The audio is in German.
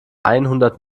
einhundert